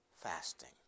fasting